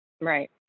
right